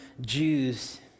Jews